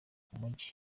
umujyi